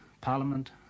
Parliament